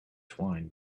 twine